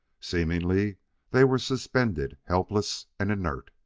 seemingly they were suspended, helpless and inert,